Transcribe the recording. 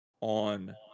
on